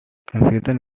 confession